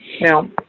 No